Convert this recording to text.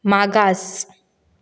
मागास